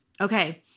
Okay